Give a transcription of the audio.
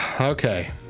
Okay